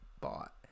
bought